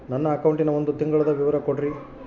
ನನ್ನ ಅಕೌಂಟಿನ ಒಂದು ತಿಂಗಳದ ವಿವರ ಕೊಡ್ರಿ?